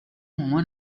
مامان